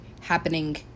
happening